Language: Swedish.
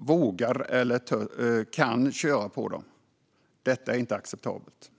vågar eller kan köra där. Detta är inte acceptabelt.